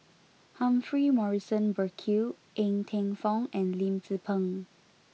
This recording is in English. Humphrey Morrison Burkill Ng Teng Fong and Lim Tze Peng